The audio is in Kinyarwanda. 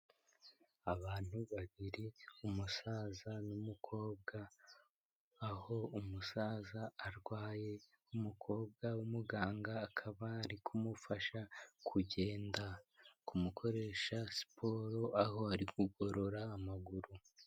Abantu babiri, umusaza n'umukobwa, aho umusaza arwaye umukobwa w'umuganga akaba ari kumufasha kugenda, kumukoresha siporo aho ari kugorora amaguru.